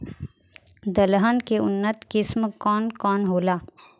दलहन के उन्नत किस्म कौन कौनहोला?